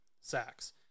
sacks